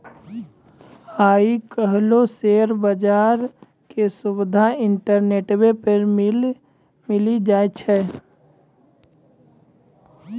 आइ काल्हि शेयर बजारो के सुविधा इंटरनेटो पे मिली जाय छै